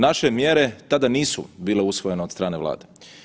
Naše mjere tada nisu bile usvojene od strane Vlade.